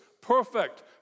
perfect